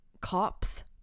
cops